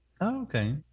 Okay